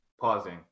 pausing